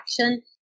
action